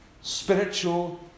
spiritual